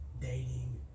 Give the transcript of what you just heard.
dating